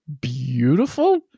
beautiful